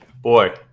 boy